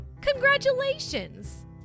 Congratulations